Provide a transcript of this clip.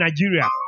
Nigeria